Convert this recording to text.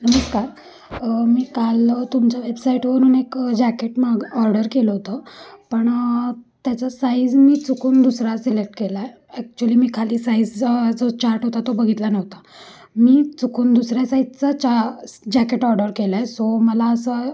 नमस्कार मी काल तुमच्या वेबसाईटवरून एक जॅकेट माग ऑर्डर केलं होतं पण त्याचा साईज मी चुकून दुसरा सिलेक्ट केला आहे ॲक्च्युली मी खाली साईजचा जो चार्ट होता तो बघितला नव्हता मी चुकून दुसऱ्या साईजचा च जॅकेट ऑर्डर केला आहे सो मला असं